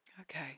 Okay